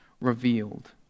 revealed